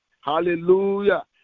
Hallelujah